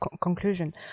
conclusion